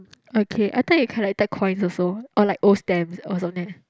okay I think it collected coins also or like old stamps also leh